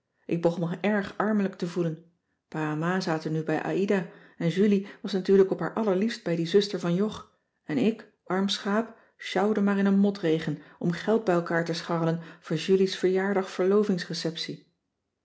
ik begon me erg armelijk te voelen pa en ma zaten nu bij aïda en julie was natuurlijk op haar allerliefst bij die zuster van jog en ik arm schaap sjouwde maar in een motregen om geld bij elkaar te scharrelen voor julies verjaardag verlovingsreceptie